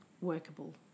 workable